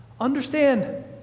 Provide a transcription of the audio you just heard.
Understand